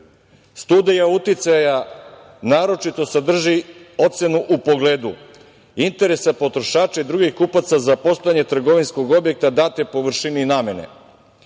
Studija uticaja naročito sadrži ocenu u pogledu interesa potrošača i drugih kupaca za postojanje trgovinskog objekta date površine i namene,